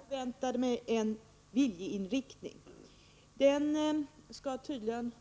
Herr talman! Jag förväntade mig inga siffror i dag, men jag förväntade mig en viljeinriktning. Den skall tydligen